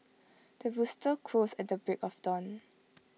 the rooster crows at the break of dawn